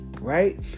right